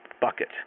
bucket